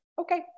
okay